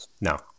No